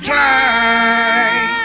time